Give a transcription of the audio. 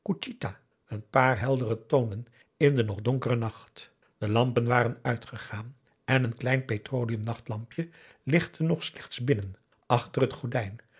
een paar heldere tonen in den nog donkeren nacht de lampen waren uitgegaan en een klein petroleumnachtlampje lichtte nog slechts binnen achter het gordijn